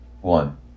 one